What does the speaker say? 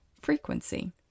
frequency